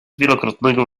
wielokrotnego